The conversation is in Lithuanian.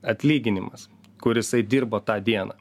atlyginimas kur jisai dirbo tą dieną